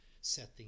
setting